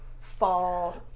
fall